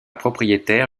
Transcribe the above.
propriétaire